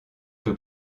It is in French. peut